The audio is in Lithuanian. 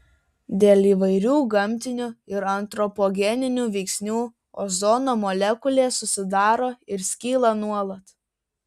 dėl įvairių gamtinių ir antropogeninių veiksnių ozono molekulės susidaro ir skyla nuolat